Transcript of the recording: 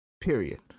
Period